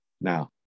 Now